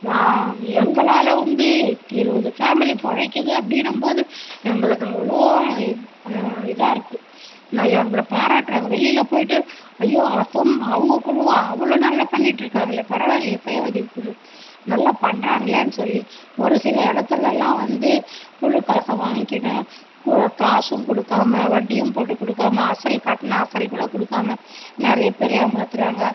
எங்களால் வந்து இருபது பேமிலி பிழைக்கிது அப்படின்னும்போது எங்களுக்கு அவ்வளோ இதாக இருக்குது நான் எங்களை பாராட்டுகிறாங்க வெளியில் போய்விட்டு ஐயோ அவங்க குழுவா அவ்வளோ நல்லா பண்ணிட்டு இருக்காங்களே பரவாயில்லயே சுய உதவிக்குழு நல்லா பண்ணுறாங்களேன்னு சொல்லி ஒரு சில எடத்துலலாம் வந்து குழு காசை வாங்கிக்கினு காசும் கொடுக்காம வட்டியும் போட்டு கொடுக்காம அசல் கட்டின அசல் கூட கொடுக்காம நிறையா பேர் ஏமாத்துகிறாங்க